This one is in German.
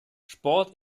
sport